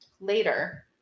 later